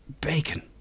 Bacon